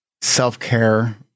self-care